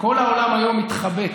כל העולם היום מתחבט